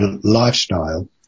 lifestyle